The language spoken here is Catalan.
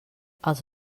els